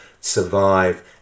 survive